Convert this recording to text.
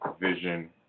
vision